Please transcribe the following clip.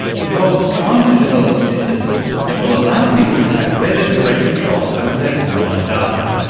involves trying to develop systems that will allow people to have better direct control over their online data,